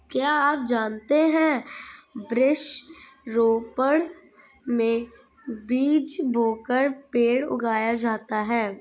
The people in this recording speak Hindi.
क्या आप जानते है वृक्ष रोपड़ में बीज बोकर पेड़ उगाया जाता है